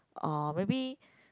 or maybe